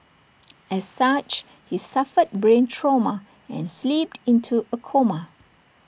as such he suffered brain trauma and slipped into A coma